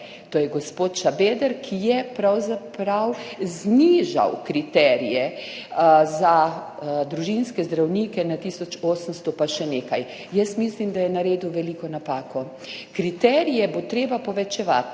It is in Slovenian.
to je gospod Šabeder, ki je pravzaprav znižal kriterije za družinske zdravnike na tisoč 800 pa še nekaj. Jaz mislim, da je naredil veliko napako. Kriterije bo treba povečevati.